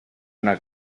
una